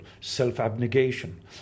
self-abnegation